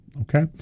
okay